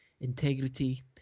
integrity